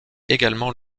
également